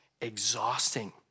exhausting